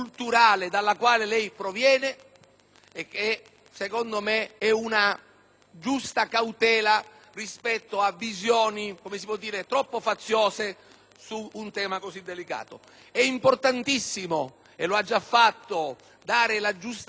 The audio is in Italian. giusta cautela rispetto a visioni troppo faziose su un tema così delicato. È importantissimo - e lei lo ha già fatto - dare la giusta attenzione alla riforma del processo civile, perché non